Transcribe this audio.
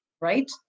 right